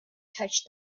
touched